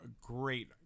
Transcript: great